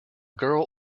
girl